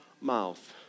mouth